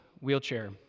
wheelchair